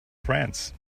friends